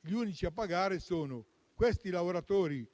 gli unici a pagare sono i lavoratori